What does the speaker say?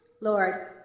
Lord